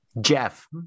Jeff